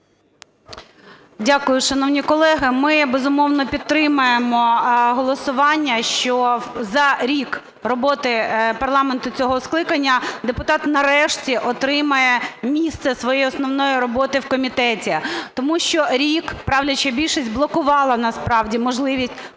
Дякую. Шановні колеги, ми безумовно підтримаємо голосування, що за рік роботи парламенту цього скликання депутат нарешті отримає місце своєї основної роботи в комітеті. Тому що рік правляча більшість блокувала насправді можливість